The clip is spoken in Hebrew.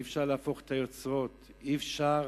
ואי-אפשר להפוך את היוצרות, אי-אפשר